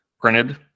printed